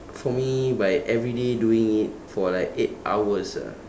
for me by every day doing it for like eight hours ah